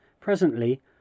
Presently